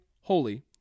holy